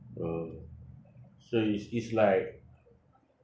oh so it's it's like